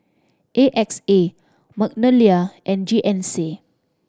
A X A Magnolia and G N C